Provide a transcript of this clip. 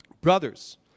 Brothers